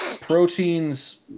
proteins